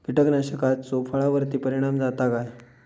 कीटकनाशकाचो फळावर्ती परिणाम जाता काय?